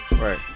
Right